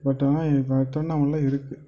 but ஆனால் எங்கள் திருவண்ணாமலையில் இருக்குது